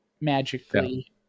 magically